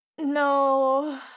no